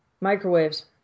microwaves